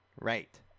Right